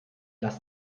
lass